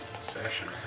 session